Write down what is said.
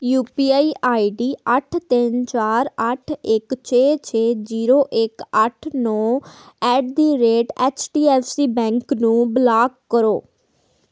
you P I I D ਅੱਠ ਤਿੰਨ ਚਾਰ ਅੱਠ ਇੱਕ ਛੇ ਛੇ ਜੀਰੋ ਇੱਕ ਅੱਠ ਨੌਂ at the rate H D F C bank ਨੂੰ ਬਲਾਕ ਕਰੋ